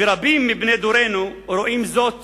ורבים מבני דורנו רואים זאת